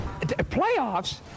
Playoffs